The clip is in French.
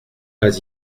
pas